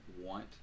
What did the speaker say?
want